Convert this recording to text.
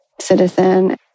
citizen